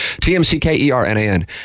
T-M-C-K-E-R-N-A-N